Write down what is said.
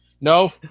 No